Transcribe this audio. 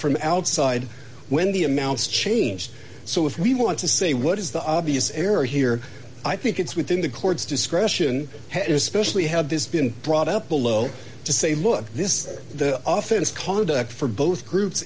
from outside when the amounts changed so if we want to say what is the obvious error here i think it's within the court's discretion specially have this been brought up below to say look this the office conduct for both groups